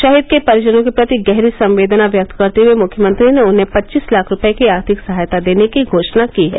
शहीद के परिजनों के प्रति गहरी संवेदना व्यक्त करते हुये मुख्यमंत्री ने उन्हें पचीस लाख रूपये की आर्थिक सहायता देने की घोषणा की है